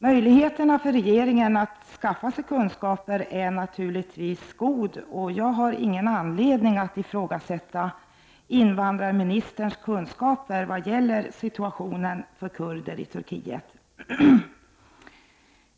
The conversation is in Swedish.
Möjligheterna för regeringen att skaffa sig kunskaper är naturligtvis goda, och jag har ingen anledning att ifrågasätta invandrarministerns kunskaper när det gäller situationen för kurder i Turkiet.